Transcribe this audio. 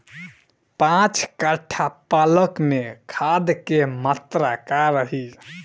पाँच कट्ठा पालक में खाद के मात्रा का रही?